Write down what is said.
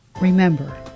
Remember